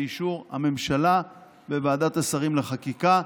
לאישור הממשלה וועדת השרים לחקיקה.